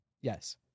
Yes